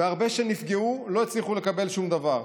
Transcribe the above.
והרבה שנפגעו לא הצליחו לקבל שום דבר.